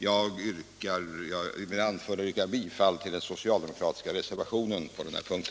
Med det anförda yrkar jag bifall till den socialdemokratiska reservationen på denna punkt.